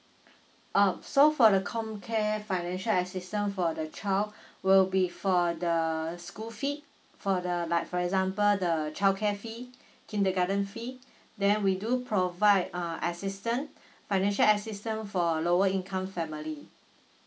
um so for the comcare financial assistance for the child will be for the school fee for the like for example the childcare fee kindergarten fee then we do provide uh assistance financial assistance for lower income family